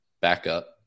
backup